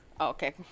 Okay